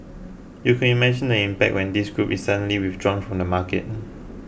you could imagine the impact when this group is suddenly withdrawn from the market